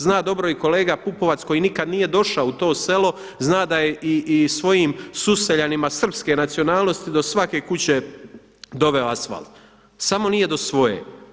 Zna dobro i kolega Pupovac koji nikada nije došao u to selo, zna da je i svojim suseljanima srpske nacionalnosti do svake kuće doveo asfalt, samo nije do svoje.